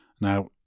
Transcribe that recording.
Now